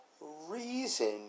reason